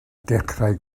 dechrau